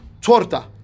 torta